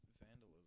vandalism